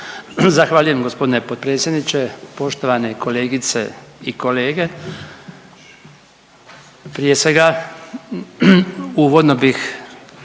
Zahvaljujem gospodine potpredsjedniče, poštovane kolegice i kolege. Prije svega uvodno bih